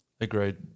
agreed